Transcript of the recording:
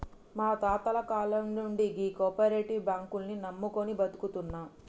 మా తాతల కాలం నుండి గీ కోపరేటివ్ బాంకుల్ని నమ్ముకొని బతుకుతున్నం